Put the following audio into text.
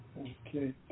Okay